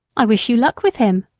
i wish you luck with him.